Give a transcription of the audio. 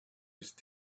with